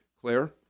Claire